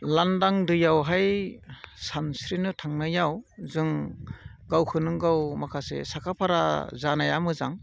लांदां दैयावहाय सानस्रिनो थांनायाव जों गावखौनो गाव माखासे साखा फारा जानाया मोजां